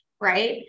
right